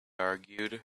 argued